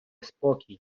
спокій